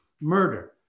murder